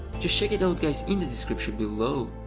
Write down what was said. just check it out guys in the description below,